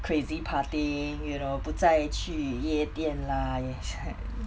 crazy partying you know 不再去夜店 lah